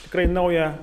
tikrai naują